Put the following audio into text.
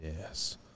Yes